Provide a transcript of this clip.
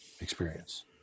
experience